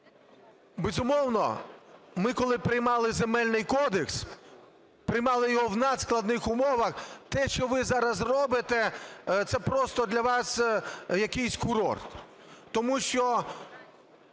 Безумовно, ми коли приймали Земельний кодекс, приймали його в надскладних умовах. Те, що ви зараз робите, це просто для вас якийсь курорт. Тому що